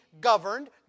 governed